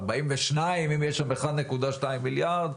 42 אם יש שם 1.2 מיליארד,